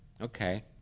Okay